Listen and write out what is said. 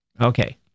Okay